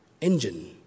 engine